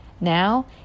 Now